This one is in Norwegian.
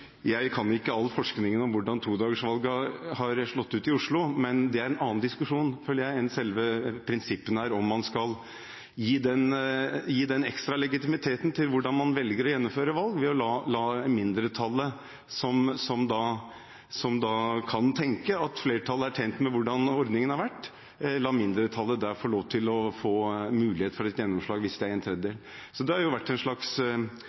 Jeg kjenner ikke all forskningen på hvordan todagersvalg har slått ut i Oslo, men det er en annen diskusjon – føler jeg – enn selve prinsippene om at man skal gi den ekstra legitimiteten til hvordan man velger å gjennomføre valg, ved å la mindretallet, som kan tenke at flertallet er tjent med hvordan ordningen har vært, få lov til å få mulighet for et gjennomslag, hvis det er en tredjedel som vil det. Det har vært en slags